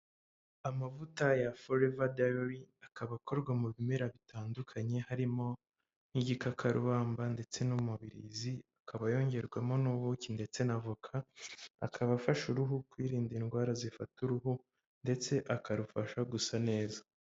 Amavuta ya foreva dayari akaba akorwa mu bimera bitandukanye harimo nk'igikakarubamba ndetse n'umubirizi, akaba yongerwamo n'ubuki ndetse na voka, akaba afasha uruhu kwirinda indwara zifata uruhu ndetse akarufasha gusa neza.